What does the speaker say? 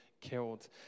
killed